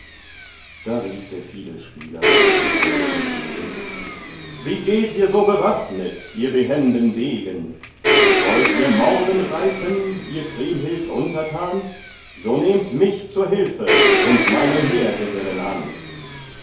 da rief der fiedelspieler den heunen entgegen wie geht ihr so bewaffnet ihr behenden degen wollt ihr morden reiten ihr kriemhild untertan so nehmt mich zur hilfe und meinen heergesellen an